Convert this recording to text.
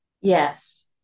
Yes